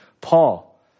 paul